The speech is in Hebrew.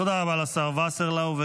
תודה רבה לשר וסרלאוף.